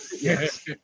Yes